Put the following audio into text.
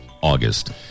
August